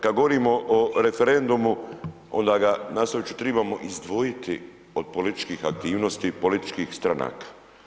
Kad govorimo o referendumu onda ga nastavit ću, trebamo izdvojiti od političkih aktivnosti i političkih stranaka.